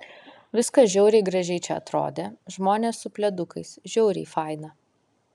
viskas žiauriai gražiai čia atrodė žmonės su pledukais žiauriai faina